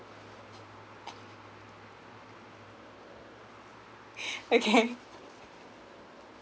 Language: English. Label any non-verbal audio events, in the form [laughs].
[laughs] okay